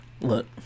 Look